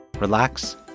relax